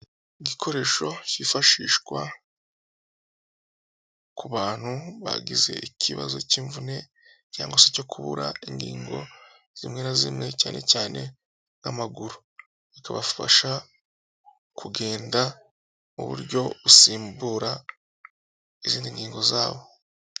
Igikoresho kifashishwa ku bantu bagize ikibazo k'imvune cyangwa se cyo kubura ingingo zimwe na zimwe cyane cyane amaguru. Kikabafasha kugenda mu buryo busimbura izindi ngingo zabo.